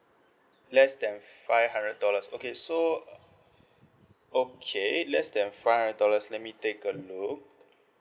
less than five hundred dollars okay so okay less than five dollars let me take a look